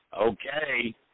Okay